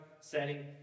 setting